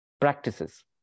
practices